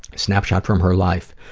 a snap shot from her life,